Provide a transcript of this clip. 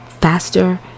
faster